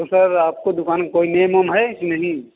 तो सर आपको दुकान को कोई नेम ओम है कि नहीं